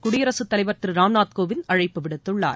குடியரசு தலைவர் திரு ராம்நாத் கோவிந்த் அழைப்பு விடுத்துள்ளார்